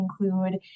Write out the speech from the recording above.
include